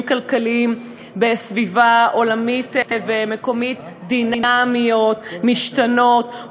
כלכליים בסביבה עולמית ובסביבה מקומית דינמיות ומשתנות,